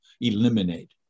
eliminate